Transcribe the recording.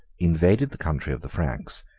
invaded the country of the franks,